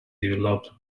developed